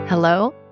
Hello